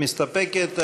מסתפקת.